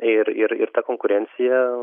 ir ir ir ta konkurencija